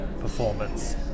performance